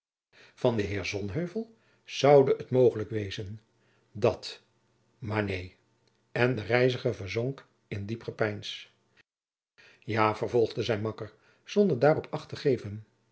den heer van sonheuvel zoude het mogelijk wezen dat maar neen en de reiziger verzonk in diep gepeins jacob van lennep de pleegzoon jaô vervolgde zijn makker zonder daarop acht te geven